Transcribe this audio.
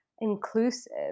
inclusive